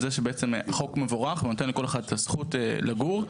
החוק מבורך ונותן לכל אחד את הזכות לגור,